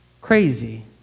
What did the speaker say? crazy